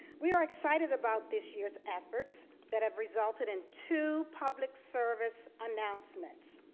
we are excited about this year's efforts that have resulted in two public service announcements,